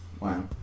Wow